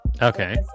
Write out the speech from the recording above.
Okay